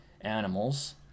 animals